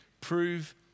prove